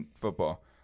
football